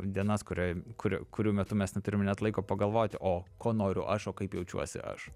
dienas kurioj kur kurių metu mes neturim net laiko pagalvoti o ko noriu aš o kaip jaučiuosi aš